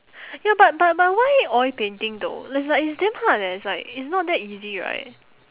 ya but but but why oil painting though it's like it's damn hard eh it's like it's not that easy right